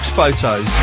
photos